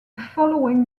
following